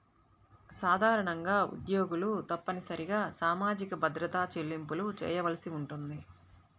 సాధారణంగా ఉద్యోగులు తప్పనిసరిగా సామాజిక భద్రత చెల్లింపులు చేయవలసి ఉంటుంది